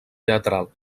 teatral